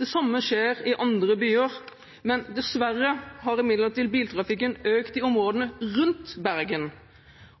Det samme skjer i andre byer. Dessverre har imidlertid biltrafikken økt i områdene rundt Bergen.